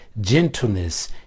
gentleness